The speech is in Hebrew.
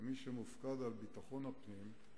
כמי שמופקד על ביטחון הפנים.